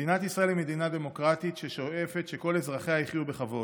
מדינת ישראל היא מדינה דמוקרטית ששואפת שכל אזרחיה יחיו בכבוד.